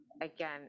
Again